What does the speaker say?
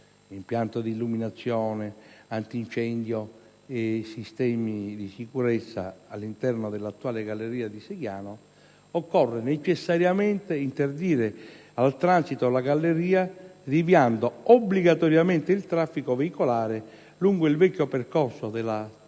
(impianto di illuminazione, antincendio e sistemi di sicurezza) all'interno dell'attuale galleria di Seiano occorre necessariamente interdire al transito la galleria deviando obbligatoriamente il traffico veicolare lungo il vecchio percorso della strada